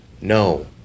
No